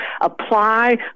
apply